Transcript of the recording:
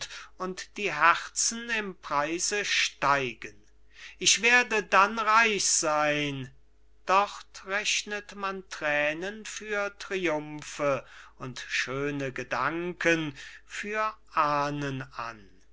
und die herzen im preise steigen ich werde dann reich sein dort rechnet man thränen für triumphe und schöne gedanken für ahnen an